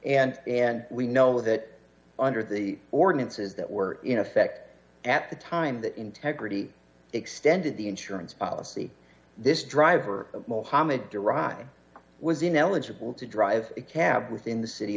and and we know that under the ordinances that were in effect at the time that integrity extended the insurance policy this driver mohammad deriving was ineligible to drive a cab within the city